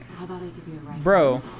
Bro